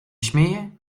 śmieje